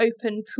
open